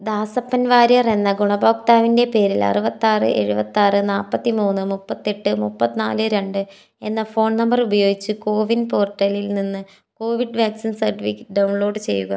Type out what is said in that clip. ദാസപ്പൻ വാര്യർ എന്ന ഗുണഭോക്താവിൻ്റെ പേരിൽ അറുപത്താറ് എഴുപത്താറ് നാല്പത്തിമൂന്ന് മുപ്പത്തെട്ട് മുപ്പത്തിനാല് രണ്ട് എന്ന ഫോൺ നമ്പർ ഉപയോഗിച്ച് കോവിൻ പോർട്ടലിൽ നിന്ന് കോവിഡ് വാക്സിൻ സർട്ടിഫിക്കറ്റ് ഡൗൺലോഡ് ചെയ്യുക